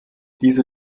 diese